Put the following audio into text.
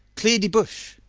clear de bush!